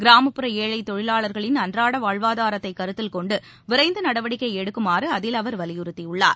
கிராமப்புற ஏழைத் தொழிலாளர்களின் அன்றாட வாழ்வாதாரத்தை கருத்தில் கொண்டு விரைந்து நடவடிக்கை எடுக்குமாறு அதில் அவர் வலியுறுத்தியுள்ளார்